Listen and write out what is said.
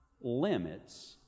limits